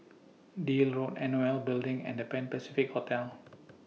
Deal Road N O L Building and The Pan Pacific Hotel